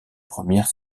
premières